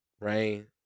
rain